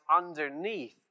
underneath